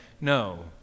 No